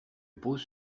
pose